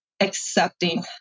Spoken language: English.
accepting